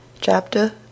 Chapter